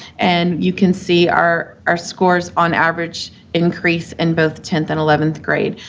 and you can see our our scores on average increase in both tenth and eleventh grade.